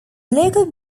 local